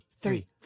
three